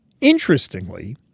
Interestingly